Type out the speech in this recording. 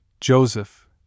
Joseph